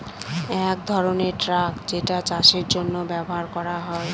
এক ধরনের ট্রাক যেটা চাষের জন্য ব্যবহার করা হয়